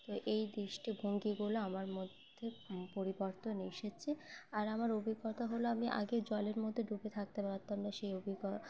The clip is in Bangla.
তো এই দৃষ্টিভঙ্গিগুলো আমার মধ্যে পরিবর্তন এসেছে আর আমার অভিজ্ঞতা হলো আমি আগে জলের মধ্যে ডুবে থাকতে পারতাম না সেই অভিজ্ঞ